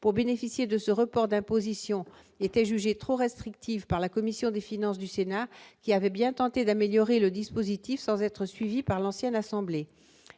pour bénéficier de ce report d'imposition était jugée trop restrictive par la commission des finances du Sénat qui avait bien tenté d'améliorer le dispositif, sans être suivi par l'ancienne assemblée